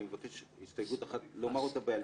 אבקש לומר הסתייגות אחת בעל-פה.